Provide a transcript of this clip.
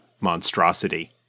monstrosity